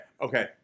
okay